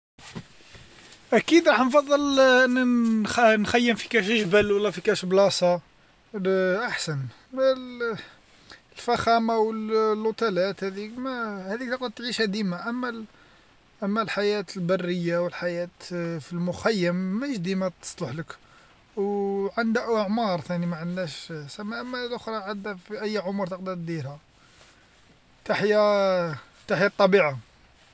اكيد راح نفضل ن- نخيم في كاش جبل ولا في كاش بلاصة هذا احسن، الفخامة والفندق هاذيك ما هاديك تعيشها ديما، أما أما الحياة البرية والحياة في المخيم ما هيش ديما تصلحلك، وعند وأعمار ثاني ما عندناش يسما ما لخرى عندنا في أي عمر تقدر ديرها، تحيا تحيا الطبيعة.